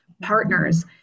partners